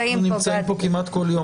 הם נמצאים כמעט כל יום,